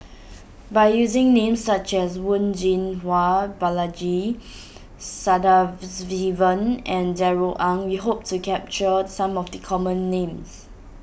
by using names such as Wen Jinhua Balaji Sadasivan and Darrell Ang we hope to capture some of the common names